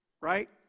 right